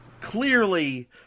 clearly